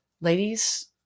ladies